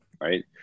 right